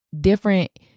different